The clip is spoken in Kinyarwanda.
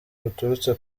buturutse